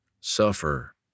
suffer